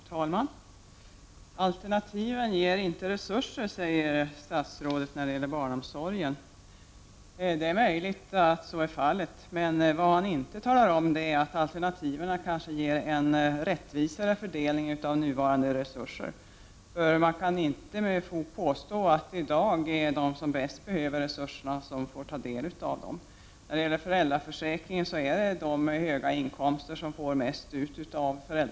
Herr talman! Alternativen ger inte resurser, säger statsrådet när det gäller barnomsorgen. Det är möjligt att så är fallet. Men vad han inte talar om är att alternativen kanske ger en rättvisare fördelning av nuvarande resurser. Man kan nämligen inte med fog påstå att det i dag är de som bäst behöver resurserna som får ta del av dem. När det gäller föräldraförsäkringen är det de som har höga inkomster som får ut mest av den.